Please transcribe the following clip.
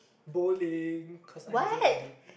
bowling cause I'm good at it